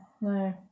No